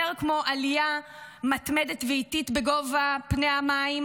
כמו עלייה מתמדת ואיטית של גובה פני מים,